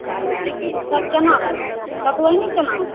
ओ सभ केना होइ सतुआइनि केना